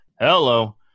hello